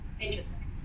Interesting